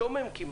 שומם כמעט.